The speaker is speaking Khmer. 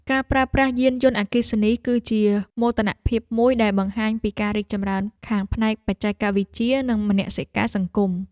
ការប្រើប្រាស់យានយន្តអគ្គិសនីគឺជាមោទនភាពមួយដែលបង្ហាញពីការរីកចម្រើនខាងផ្នែកបច្ចេកវិទ្យានិងមនសិការសង្គម។